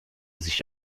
sich